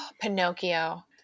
pinocchio